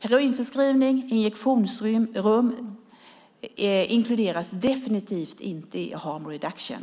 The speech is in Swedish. Heroinförskrivning och injektionsrum inkluderas definitivt inte i harm reduction.